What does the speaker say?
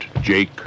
Jake